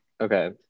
okay